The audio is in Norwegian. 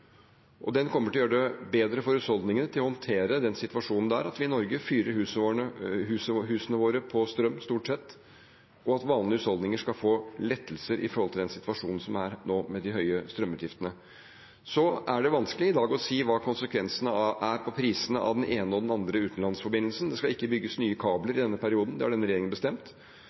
Den kommer til å gjøre det bedre for husholdningene å håndtere den situasjonen at vi i Norge stort sett fyrer husene våre med strøm, og at vanlige husholdninger skal få lettelser i den situasjonen som nå er med de høye strømutgiftene. Det er vanskelig i dag å si hva konsekvensene er på prisene av den ene og den andre utenlandsforbindelsen. Det skal ikke bygges nye kabler i denne perioden; det har denne regjeringen bestemt.